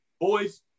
boys